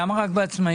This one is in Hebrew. למה רק בעצמאים?